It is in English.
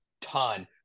ton